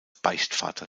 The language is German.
beichtvater